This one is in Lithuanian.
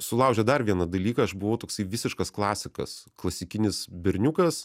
sulaužė dar vieną dalyką aš buvau toksai visiškas klasikas klasikinis berniukas